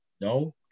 No